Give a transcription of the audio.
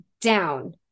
down